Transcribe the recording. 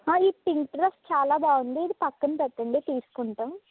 ఈ pink dress చాలా బాగుంది ఇది పక్కన పెట్టండి తీస్కుంటాం